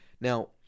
Now